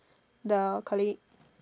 the colleague